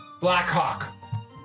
Blackhawk